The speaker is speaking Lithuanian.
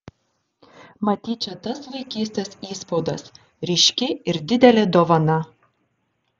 matyt čia tas vaikystės įspaudas ryški ir didelė dovana